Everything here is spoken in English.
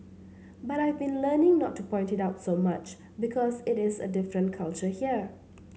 but I've been learning not to point it out so much because it is a different culture here